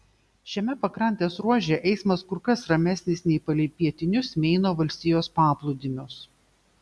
šiame pakrantės ruože eismas kur kas ramesnis nei palei pietinius meino valstijos paplūdimius